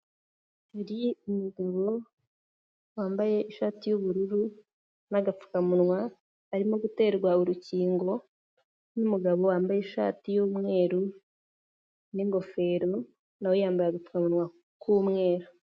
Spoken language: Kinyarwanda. Hari umugabo, wambaye ishati y'ubururu n'agapfukamunwa, arimo guterwa urukingo n'umugabo wambaye ishati y'umweru n'ingofero, na we yambaye agapfukamunwa k'umweru.